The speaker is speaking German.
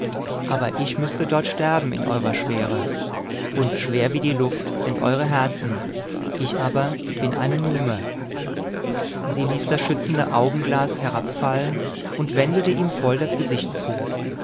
aber ich müßte dort sterben in eurer schwere und schwer wie die luft sind eure herzen ich aber bin eine nume sie ließ das schützende augenglas herabfallen und wendete ihm voll das gesicht zu